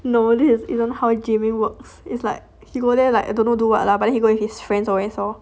no this isn't how gyming works it's like he go there like don't know do what lah but then he go with his friends always lor